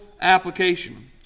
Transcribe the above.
application